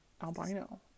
albino